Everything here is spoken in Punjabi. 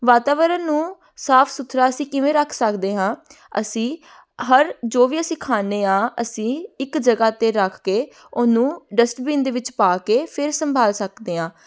ਵਾਤਾਵਰਨ ਨੂੰ ਸਾਫ ਸੁਥਰਾ ਅਸੀਂ ਕਿਵੇਂ ਰੱਖ ਸਕਦੇ ਹਾਂ ਅਸੀਂ ਹਰ ਜੋ ਵੀ ਅਸੀਂ ਖਾਂਦੇ ਹਾਂ ਅਸੀਂ ਇੱਕ ਜਗ੍ਹਾ 'ਤੇ ਰੱਖ ਕੇ ਉਹਨੂੰ ਡਸਟਬੀਨ ਦੇ ਵਿੱਚ ਪਾ ਕੇ ਫਿਰ ਸੰਭਾਲ ਸਕਦੇ ਹਾਂ